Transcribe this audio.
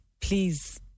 please